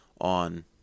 on